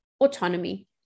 autonomy